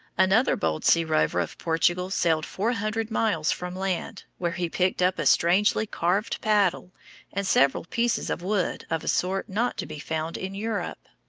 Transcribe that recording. another bold sea rover of portugal sailed four hundred miles from land, where he picked up a strangely carved paddle and several pieces of wood of a sort not to be found in europe.